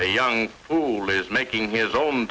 a young fool is making his own